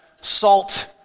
salt